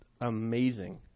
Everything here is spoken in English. amazing